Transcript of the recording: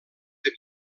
del